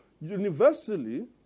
Universally